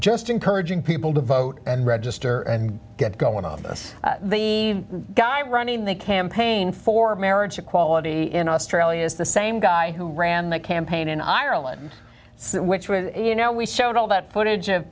just encouraging people to vote and register and get going to office the guy running the campaign for marriage equality in australia is the same guy who ran the campaign in iowa see which way you know we showed all that footage of